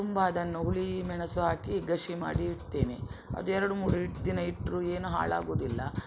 ತುಂಬ ಅದನ್ನು ಹುಳಿ ಮೆಣಸು ಆಕಿ ಗಶಿ ಮಾಡಿ ಇಡ್ತಿನಿ ಅದು ಎರಡು ಮೂರು ದಿನ ಇಟ್ಟರು ಏನು ಹಾಳಾಗೋದಿಲ್ಲ